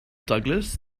douglas